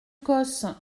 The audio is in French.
causse